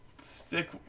stick